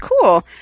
cool